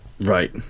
Right